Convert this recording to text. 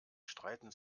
streiten